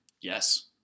Yes